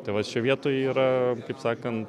tai vat šioj vietoj yra kaip sakant